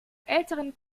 älteren